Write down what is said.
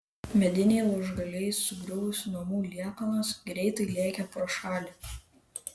mediniai lūžgaliai sugriuvusių namų liekanos greitai lėkė pro šalį